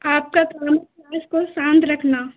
आपका काम है क्लास को शांत रखना